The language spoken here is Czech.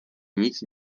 nic